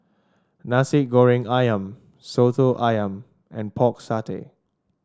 Nasi Goreng ayam soto ayam and Pork Satay